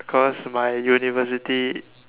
cause my university